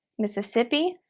mississippi,